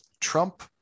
Trump